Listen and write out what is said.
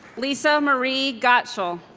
lisa marie gottschall